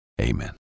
amen